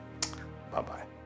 Bye-bye